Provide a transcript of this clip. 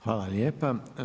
Hvala lijepa.